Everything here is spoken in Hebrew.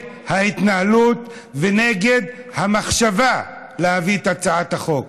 ההתנהלות ונגד המחשבה להביא את הצעת החוק.